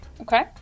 Okay